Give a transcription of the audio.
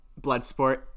Bloodsport